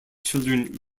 children